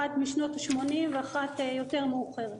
אחת משנות השמונים ואחת יותר מאוחרת.